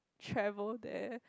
travel there